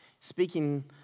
Speaking